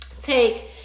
take